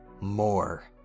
more